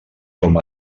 com